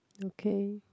okay